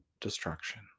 destruction